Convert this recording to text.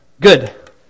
Good